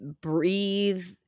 breathe